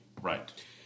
Right